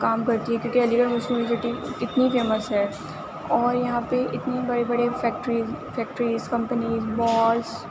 کام کرتی ہے کیونکہ علی گڑھ مسلم یونیورسٹی اتنی فیمس ہے اور یہاں پہ اتنی بڑی بڑی فیکٹریز فیکٹریز کمپنیز مالس